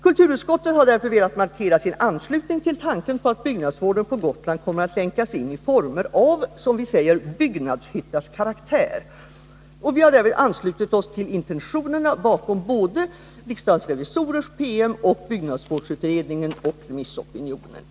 Kulturutskottet har därför velat markera sin anslutning till tanken på att byggnadsvården på Gotland kommer att länkas in i former av byggnadshyttas karaktär, och utskottet har därvid anslutit sig till intentionerna bakom såväl riksdagens revisorers PM som byggnadsvårdsutredningen och till remissopinionen.